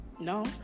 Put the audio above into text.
No